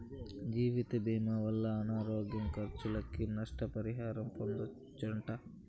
జీవితభీమా వల్ల అనారోగ్య కర్సులకి, నష్ట పరిహారం పొందచ్చట